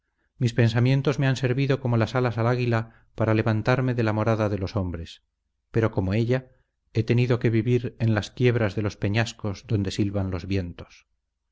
mis pensamientos me han servido como las alas al águila para levantarme de la morada de los hombres pero como ella he tenido que vivir en las quiebras de los peñascos donde silban los vientos